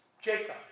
Jacob